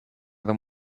than